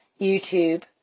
YouTube